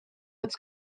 its